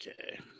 Okay